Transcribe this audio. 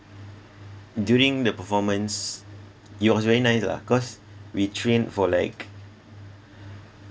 during the performance it was very nice lah cause we trained for like